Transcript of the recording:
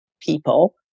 people